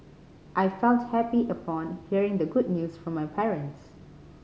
I felt happy upon hearing the good news from my parents